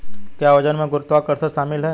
क्या वजन में गुरुत्वाकर्षण शामिल है?